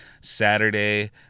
saturday